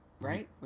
Right